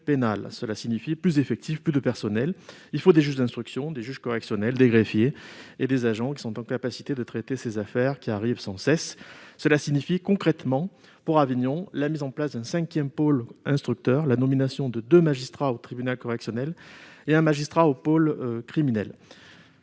Cela signifie plus d'effectifs, plus de personnels. Il faut des juges d'instruction, des juges correctionnels, des greffiers et des agents qui sont en capacité de traiter ces affaires qui arrivent sans cesse. Cela signifie concrètement pour Avignon la mise en place d'un cinquième pôle instructeur, la nomination de deux magistrats au tribunal correctionnel et d'un magistrat au pôle criminel.